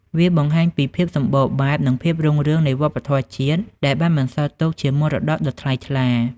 វាបង្ហាញពីភាពសម្បូរបែប និងភាពរុងរឿងនៃវប្បធម៌ជាតិ ដែលបានបន្សល់ទុកជាមរតកដ៏ថ្លៃថ្លា។